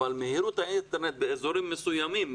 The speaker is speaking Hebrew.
אבל מהירות האינטרנט באזורים מסוימים,